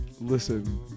listen